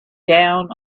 down